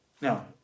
Now